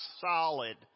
solid